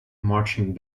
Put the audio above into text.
marching